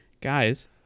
Guys